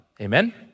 amen